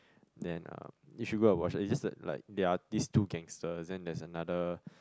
then um you should go and watch it's just the like there are these two gangsters then there's another